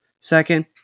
Second